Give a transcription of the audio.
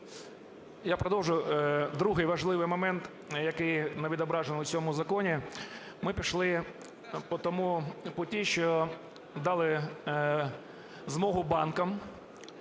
Я продовжу. Другий важливий момент, який не відображено в цьому законі. Ми пішли по тому шляху, що дали змогу банкам